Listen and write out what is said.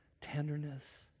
tenderness